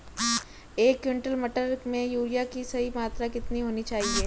एक क्विंटल मटर में यूरिया की सही मात्रा कितनी होनी चाहिए?